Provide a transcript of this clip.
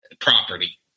property